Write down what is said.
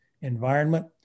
environment